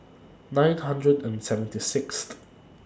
nine hundred and seventy Sixth